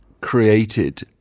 created